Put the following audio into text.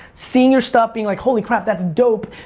seeing your stuff, being like, holy crap, that's dope.